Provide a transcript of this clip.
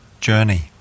journey